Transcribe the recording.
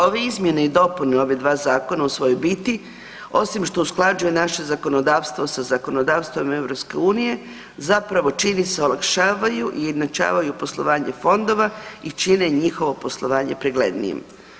Ove izmjene i dopune, ovih dva zakona, u svojoj biti, osim što usklađuje naše zakonodavstvo sa zakonodavstvom EU, zapravo čini se, olakšavaju i ujednačavaju poslovanje fondova i čine njihovo poslovanje preglednijim.